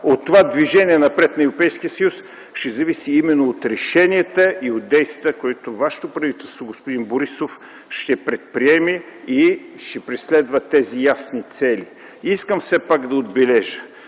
от това движение напред на Европейския съюз, ще зависи именно от решенията и от действията, които Вашето правителство, господин Борисов, ще предприеме и ще преследва тези ясни цели. Искам все пак да отбележа,